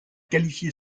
qualifié